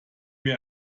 wir